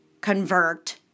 convert